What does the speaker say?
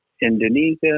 Indonesia